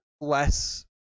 less